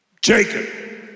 Jacob